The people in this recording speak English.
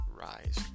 rise